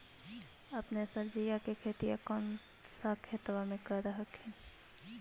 अपने सब्जिया के खेतिया कौन सा खेतबा मे कर हखिन?